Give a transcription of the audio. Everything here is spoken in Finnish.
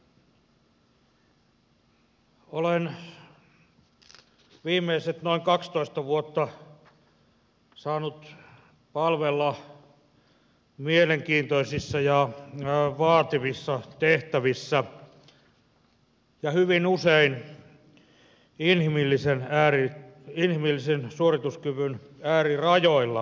olen viimeiset noin kaksitoista vuotta saanut palvella mielenkiintoisissa ja vaativissa tehtävissä ja hyvin usein inhimillisen suorituskyvyn äärirajoilla